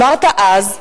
אמרת אז,